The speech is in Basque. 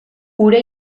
hura